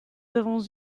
avons